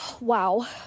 Wow